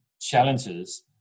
challenges